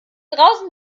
draußen